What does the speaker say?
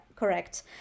Correct